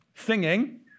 Singing